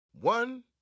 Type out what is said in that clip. One